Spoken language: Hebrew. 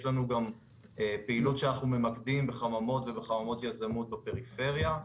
יש לנו גם פעילות שאנחנו ממקדים בחממות ובחממות יזמות בפריפריה.